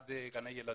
עד גני ילדים.